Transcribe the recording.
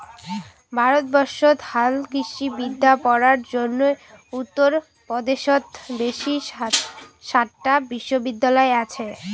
ভারতবর্ষত হালকৃষিবিদ্যা পড়ার জইন্যে উত্তর পদেশত বেশি সাতটা বিশ্ববিদ্যালয় আচে